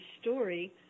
story